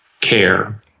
Care